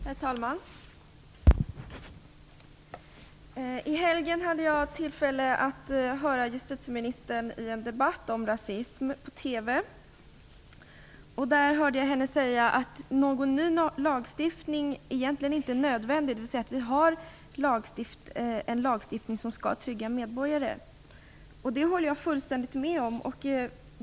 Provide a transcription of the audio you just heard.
Herr talman! I helgen hade jag tillfälle att höra justitieministern i en debatt om rasism på TV. Där hörde jag henne säga att någon ny lagstiftning egentligen inte är nödvändig, dvs. att vi har en lagstiftning som skall trygga medborgarna. Det håller jag fullständigt med om.